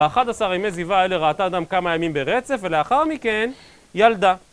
ב-11 ימי זיבה האלה, ראתה אדם כמה ימים ברצף, ולאחר מכן, ילדה.